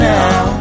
now